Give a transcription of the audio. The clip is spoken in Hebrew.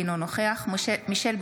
אינו נוכח מישל בוסקילה,